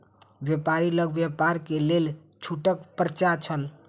व्यापारी लग व्यापार के लेल छूटक पर्चा छल